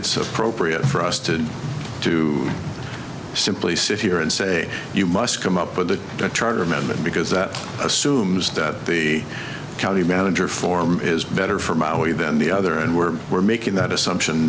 it's appropriate for us to to simply sit here and say you must come up with the charter amendment because that assumes that the county manager form is better for maui than the other and we're we're making that assumption